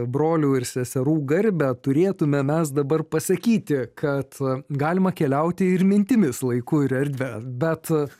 brolių ir seserų garbę turėtume mes dabar pasakyti kad galima keliauti ir mintimis laiku ir erdve bet